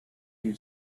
you